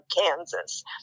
kansas